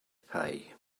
pay